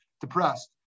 depressed